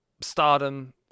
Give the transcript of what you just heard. Stardom